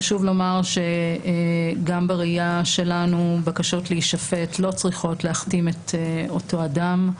חשוב לומר שגם לדעתנו בקשות להישפט לא צריכות להכתים את אותו אדם.